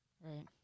right